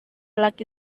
laki